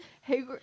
hey